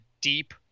deep